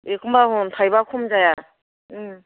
एखनबा थाइबा खम जाया